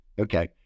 Okay